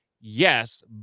yes